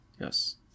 Yes